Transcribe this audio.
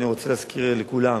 אני רוצה להזכיר לכולם.